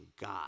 God